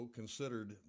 considered